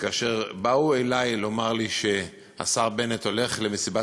כאשר באו אלי לומר לי שהשר בנט הולך למסיבת